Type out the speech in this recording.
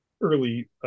early